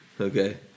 Okay